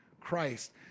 Christ